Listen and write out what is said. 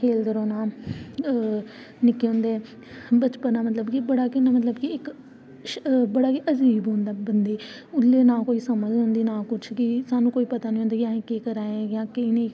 अग्गै भेजो फिर उनें स्हानू मेडल मिले बहुत सारे ट्राफियां जित्तियां फिर अस इद्धर साम्बे डिस्ट्रिक्ट दे ग्रांउड च गे उत्थै खेलेआ फिर उत्थै बी बड़ा मजा आया फरअस